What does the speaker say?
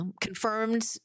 confirmed